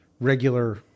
regular